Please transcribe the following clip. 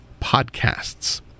Podcasts